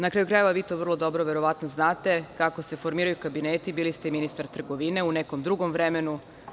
Na kraju krajeva, vi to vrlo dobro, verovatno znate, kako se formiraju kabineti, bili ste i ministar trgovine u nekom drugom vremenu.